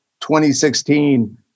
2016